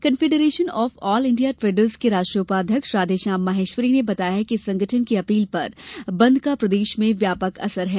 confederation of all India traders के राष्ट्रीय उपाध्यक्ष राघेश्याम माहेश्वरी ने बताया कि संगठन की अपील पर बंद का प्रदेश में व्यापक असर है